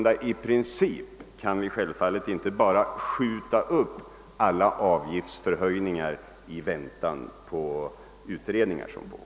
I princip kan vi självfallet inte bara skjuta upp alla avgiftshöjningar i väntan på utredningar som pågår.